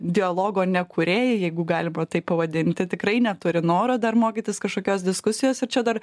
dialogo nekūrėjai jeigu galima taip pavadinti tikrai neturi noro dar mokytis kažkokios diskusijos ir čia dar